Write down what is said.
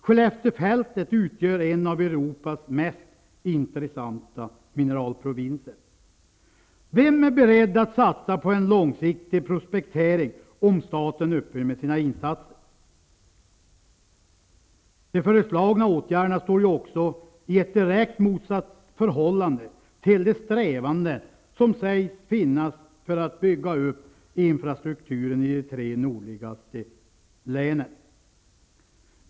Skelleftefältet utgör en av Europas mest intressanta mineralprovinser. Vem är beredd att satsa på en långsiktig prospektering om staten upphör med sina insatser? De föreslagna åtgärderna står ju också i ett direkt motsatsförhållande till de strävanden som sägs finnas för att bygga upp infrastrukturen i de tre nordligaste länen.